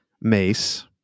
mace